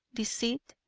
deceit,